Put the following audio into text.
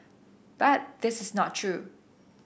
but this is not true